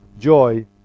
joy